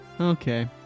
Okay